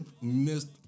missed